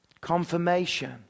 confirmation